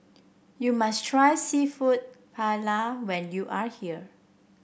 you must try seafood Paella when you are here